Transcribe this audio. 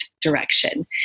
direction